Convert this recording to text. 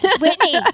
Whitney